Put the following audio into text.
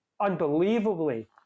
unbelievably